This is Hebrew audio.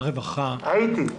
הרווחה --- הייתי.